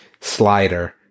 slider